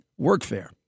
Workfare